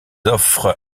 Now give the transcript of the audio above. offrent